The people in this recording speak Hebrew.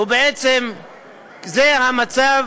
בעצם זה המצב